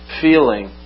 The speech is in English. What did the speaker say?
feeling